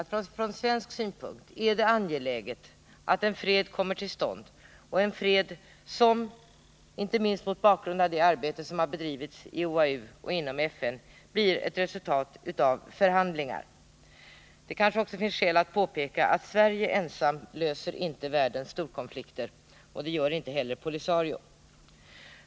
Från svensk synpunkt är det angeläget att en fred kommer till stånd — och en fred som, inte minst mot bakgrunden av det arbete som har bedrivits i OAU och inom FN, blir ett resultat av förhandlingar. Det finns kanske också skäl att påpeka att Sverige ensamt inte löser världens storkonflikter — och det gör inte heller POLISARIO.